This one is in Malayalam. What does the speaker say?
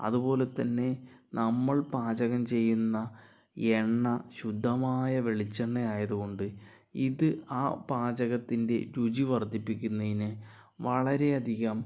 അതുപോലെത്തന്നെ നമ്മൾ പാചകം ചെയ്യുന്ന എണ്ണ ശുദ്ധമായ വെളിച്ചെണ്ണയായതു കൊണ്ട് ഇത് ആ പാചകത്തിൻ്റെ രുചി വർധിപ്പിക്കുന്നതിന് വളരെയധികം